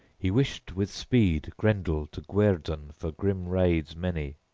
he wished with speed grendel to guerdon for grim raids many,